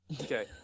Okay